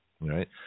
Right